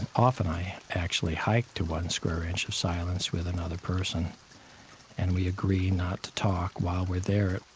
and often i actually hike to one square inch of silence with another person and we agree not to talk while we're there.